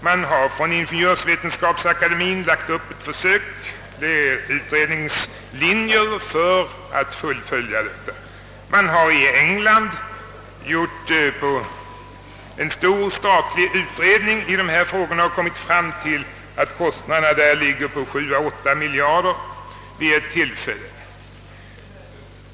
Man har från Ingeniörsvetenskapsakademien lagt upp utredningslinjer för att fullfölja ett sådant försök. I England har man gjort en stor statlig utredning av dessa frågor och kommit fram till att kostnaderna där uppgick till 7 å 8 miljarder vid ett tillfälle.